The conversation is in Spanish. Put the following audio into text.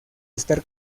estar